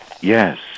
Yes